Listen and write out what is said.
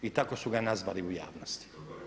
I tako su ga i nazvali u javnosti.